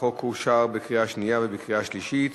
החוק אושר בקריאה שנייה ובקריאה שלישית